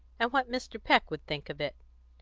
and what mr. peck would think of it.